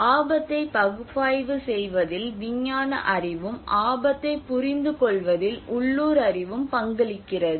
ஆபத்தை பகுப்பாய்வு செய்வதில் விஞ்ஞான அறிவும் ஆபத்தை புரிந்து கொள்வதில் உள்ளூர் அறிவும் பங்களிக்கிறது